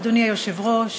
אדוני היושב-ראש,